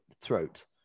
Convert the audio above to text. throat